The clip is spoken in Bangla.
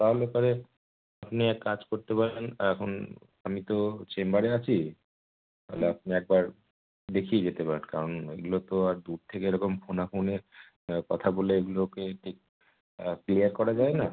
তাহলে পরে আপনি এক কাজ করতে পারেন এখন আমি তো চেম্বারে আছি তাহলে আপনি একবার দেখিয়ে যেতে পারেন কারণ এগুলো তো আর দূর থেকে এরকম ফোনাফোনে কথা বলে এগুলোকে ঠিক ক্লিয়ার করা যায় না